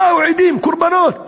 באו עדים, קורבנות,